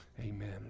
amen